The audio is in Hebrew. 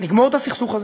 לגמור את הסכסוך הזה